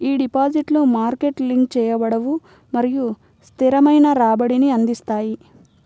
ఈ డిపాజిట్లు market link చేయబడవు మరియు స్థిరమైన రాబడిని అందిస్తాయి